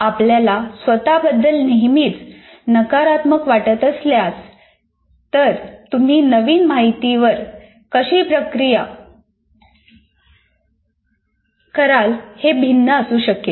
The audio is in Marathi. आपल्याला स्वत बद्दल नेहमीच नकारात्मक वाटत असल्यास तर तुम्ही नवीन माहितीवर कशी प्रक्रिया कराल हे भिन्न असू शकेल